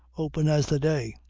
open as the day.